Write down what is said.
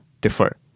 differ